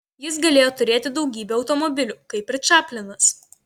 jis galėjo turėti daugybę automobilių kaip ir čaplinas